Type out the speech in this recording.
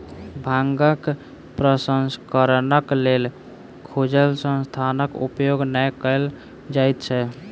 भांगक प्रसंस्करणक लेल खुजल स्थानक उपयोग नै कयल जाइत छै